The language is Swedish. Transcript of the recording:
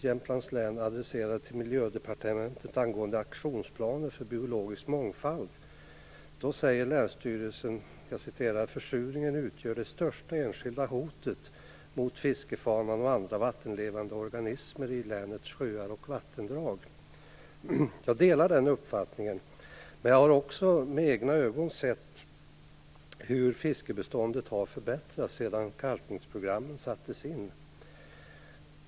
Jämtlands län adresserat till Miljödepartementet angående aktionsplaner för biologisk mångfald säger länsstyrelsen att "Försurningen utgör det största enskilda hotet mot fiskefaunan och andra vattenlevande organismer i länets sjöar och vattendrag". Jag delar den uppfattningen. Jag har också med egna ögon sett hur fiskebeståndet har förbättrats sedan kalkningsprogrammen sattes in.